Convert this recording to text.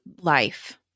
life